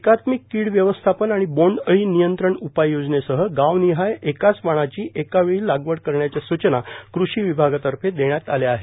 एकात्मिक कीड व्यवव्स्थापन आणि बोंड अळी नियंत्रण उपाय योजनेसह गावनिहाय एकाच वाणाची एका वेळी लागवड करण्याच्या सुचना कृषी विभागातर्फे देण्यात आल्या आहेत